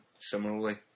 similarly